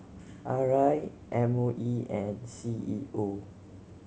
R I M O E and C E O